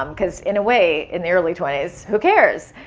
um cause in a way, in the early twenty s, who cares?